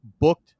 booked